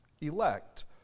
elect